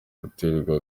guterwa